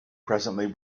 presently